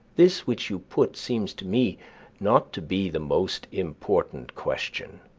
this which you put seems to me not to be the most important question.